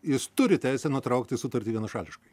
jis turi teisę nutraukti sutartį vienašališkai